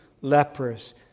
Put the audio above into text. lepers